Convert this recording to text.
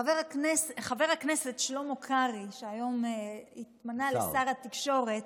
חבר הכנסת שלמה קרעי, שהיום התמנה לשר התקשורת,